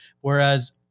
Whereas